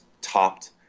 topped